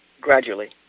Gradually